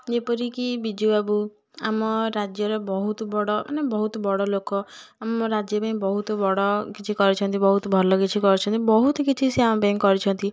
ଯେପରିକି ବିଜୁବାବୁ ଆମ ରାଜ୍ୟର ବହୁତ ବଡ଼ ମାନେ ବହୁତ ବହୁତ ବଡ଼ ଲୋକ ଆମ ରାଜ୍ୟ ପାଇଁ ବହୁତ ବଡ଼ କିଛି କରିଛନ୍ତି ବହୁତ ଭଲ କିଛି କରିଛନ୍ତି ବହୁତ କିଛି ସେ ଆମପାଇଁ କରିଛନ୍ତି